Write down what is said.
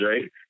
right